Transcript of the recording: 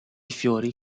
fiori